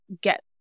get